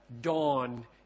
dawn